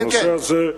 הנושא הזה,